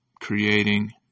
creating